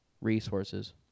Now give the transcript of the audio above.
resources